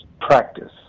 practice